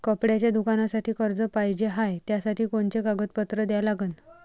कपड्याच्या दुकानासाठी कर्ज पाहिजे हाय, त्यासाठी कोनचे कागदपत्र द्या लागन?